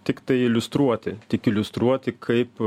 tiktai iliustruoti tik iliustruoti kaip